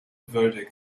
verdict